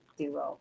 duo